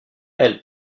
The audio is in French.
elle